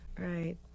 Right